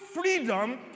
freedom